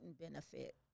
benefit